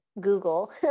Google